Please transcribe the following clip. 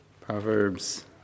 Proverbs